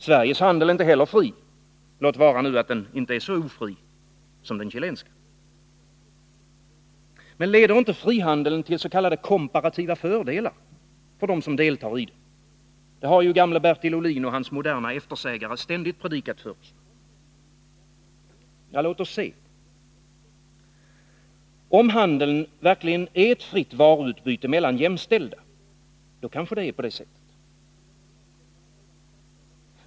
Sveriges handel är inte heller fri, låt vara att den inte är så ofri som den chilenska. Men leder inte frihandeln tills.k. komparativa fördelar för dem som deltar i den? Det har ju gamle Bertil Ohlin och hans moderna eftersägare ständigt predikat för oss. Låt oss se. Om handeln verkligen är ett fritt varubyte mellan jämställda, då kanske det är på det sättet.